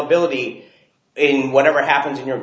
ability in whatever happens in your